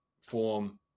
form